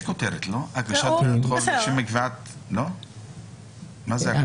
"}פרק ב'1: הגשת תביעות חוק לשם קביעת כוח ההצבעה וההליך לקביעת